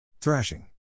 Thrashing